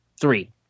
three